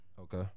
Okay